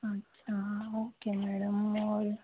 अच्छा okay madam और